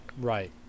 Right